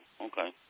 okay